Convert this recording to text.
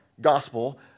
gospel